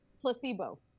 placebo